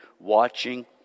watching